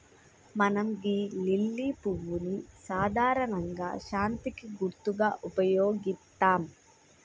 మనం గీ లిల్లీ పువ్వును సాధారణంగా శాంతికి గుర్తుగా ఉపయోగిత్తం